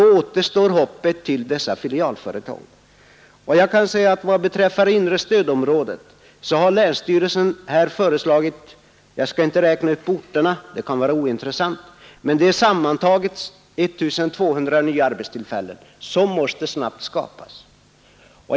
Därför står hoppet till filialföretagen. Beträffande inre stödområdet har länsstyrelsen föreslagit — jag skall inte räkna upp orterna — att sammantaget 1 200 nya arbetstillfällen snabbt måste skapas.